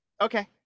Okay